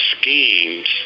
schemes